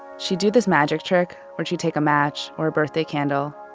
she'd do this magic trick where she'd take a match or a birthday candle,